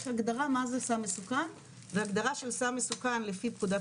הגדרה מה זה סם מסוכן והגדרה של סם מסוכם לפי פקודת